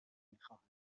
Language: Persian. میخواهند